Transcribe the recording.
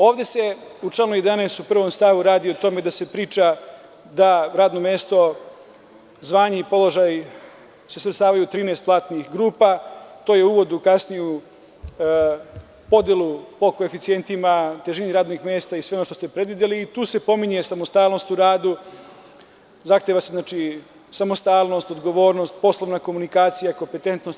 Ovde se u članu 11. u stavu 1. radi o tome da se priča da radno mesto, zvanje i položaj se svrstavaju u 13 platnih grupa i to je uvod u kasniju podelu po koeficijentima, težini radnih mesta i sve ono što ste predvideli i tu se pominje samostalnost u radu, zahteva se samostalnost, odgovornost, poslovna komunikacija, kompetentnost.